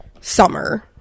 summer